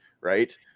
right